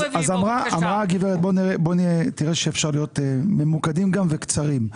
תראה שאפשר להיות ממוקדים וקצרים.